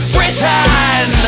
Britain